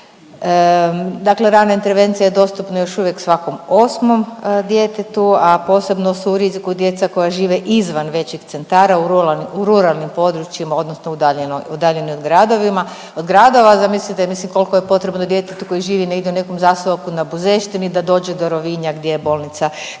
Dakle rana intervencija je dostupna još uvijek svakom 8. djetetu, a posebno su u riziku djeca koja žive izvan većih centara, u ruralnim područjima odnosno udaljeni od gradova. Zamislite, mislim koliko je potrebno djetetu koje živi negdje u nekom zaseoku na Buzeštini da dođe do Rovinja gdje je bolnica,